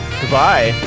goodbye